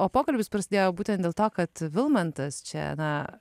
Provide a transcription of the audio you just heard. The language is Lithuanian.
o pokalbis prasidėjo būtent dėl to kad vilmantas čia na